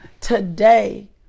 today